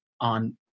on